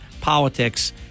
politics